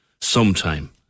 Sometime